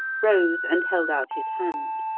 rose, and held out his hand.